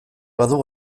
badu